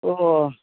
ও